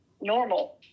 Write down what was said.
normal